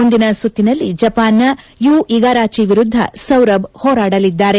ಮುಂದಿನ ಸುತ್ತಿನಲ್ಲಿ ಜಪಾನ್ನ ಯು ಇಗಾರಾಜಿ ವಿರುದ್ದ ಸೌರಭ್ ಹೋರಾಡಲಿದ್ದಾರೆ